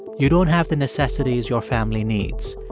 you don't have the necessities your family needs.